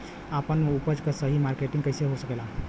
आपन उपज क सही मार्केटिंग कइसे हो सकेला?